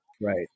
right